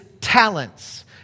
talents